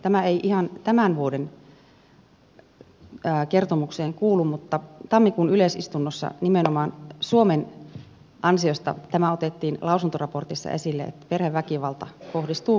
tämä ei ihan tämän vuoden kertomukseen kuulu mutta tammikuun yleisistunnossa nimenomaan suomen ansiosta tämä otettiin lausuntoraportissa esille että perheväkivalta kohdistuu myös miehiin